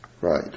Right